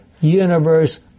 universe